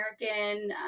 American